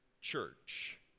church